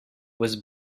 was